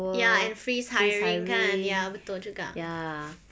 ya and freeze hiring kan ya betul juga